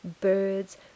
birds